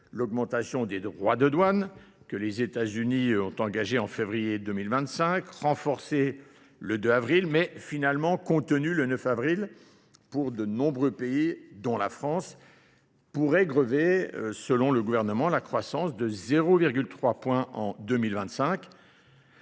l'augmentation des droits de douane que les États-Unis ont engagé en février 2025, renforcé le 2 avril, mais finalement compte tenu le 9 avril pour de nombreux pays dont la France pourrait grever selon le gouvernement la croissance de 0,3 points en 2025.